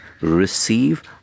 receive